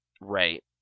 Right